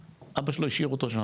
ואביו פשוט השאיר אותו שם